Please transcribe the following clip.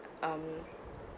um